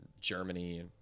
Germany